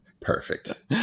Perfect